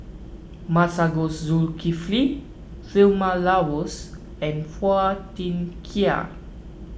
Masagos Zulkifli Vilma Laus and Phua Thin Kiay